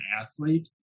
athlete